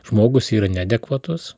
žmogus yra neadekvatus